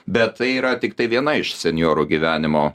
bet tai yra tiktai viena iš senjorų gyvenimo